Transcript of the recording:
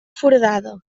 foradada